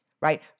right